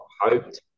hoped